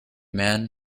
man